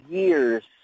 years